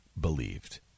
believed